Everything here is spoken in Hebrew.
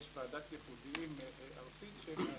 יש ועדת יחודיים ארצית שמאשרת